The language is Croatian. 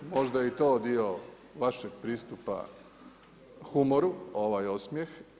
Možda je i to dio vašeg pristupa humoru, ovaj osmjeh.